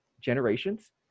generations